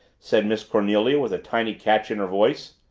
said miss cornelia with a tiny catch in her voice.